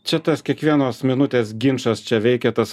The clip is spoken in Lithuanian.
čia tas kiekvienos minutės ginčas čia veikia tas